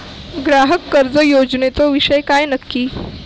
ग्राहक कर्ज योजनेचो विषय काय नक्की?